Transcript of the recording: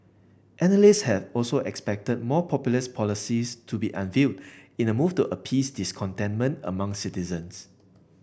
analysts had also expected more populist policies to be unveiled in a move to appease discontentment among citizens